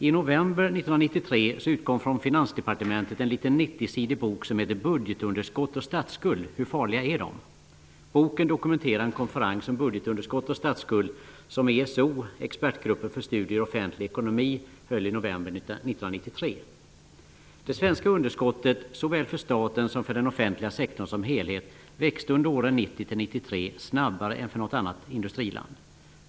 I november 1993 utkom från Finansdepartementet en liten 90-sidig bok, ''Budgetunderskott och statsskuld -- Hur farliga är de?''. Boken dokumenterar en konferens om budgetunderskott och statsskuld som ESO, Expertgruppen för studier i offentlig ekonomi, höll i november 1993. Det svenska underskottet, såväl för staten som för den offentliga sektorn som helhet, växte under åren 1990--1993 snabbare än för något annat industriland.